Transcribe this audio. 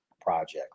Project